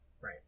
Right